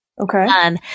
Okay